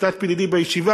כיתת PDD בישיבה,